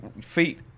feet